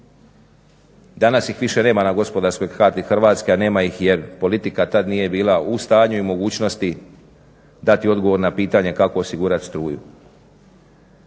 Danas ih više nema na gospodarskoj karti Hrvatske, a nema ih jer politika tad nije bila u stanju i mogućnosti dati odgovor na pitanje kako osigurati struju.